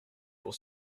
pour